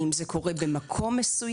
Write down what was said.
האם זה קורה במקום מסוים.